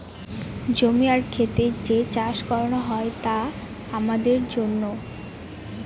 জমি আর খেত যে চাষ করানো হয় তা আমাদের জন্য